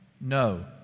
No